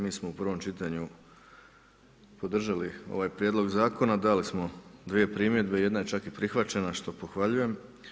Mi smo u prvom čitanju podržali ovaj prijedlog zakona, dali smo dvije primjedbe, jedna je čak i prihvaćena što pohvaljujem.